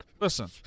Listen